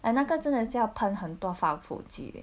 and 那个真的真的就要喷很多防腐剂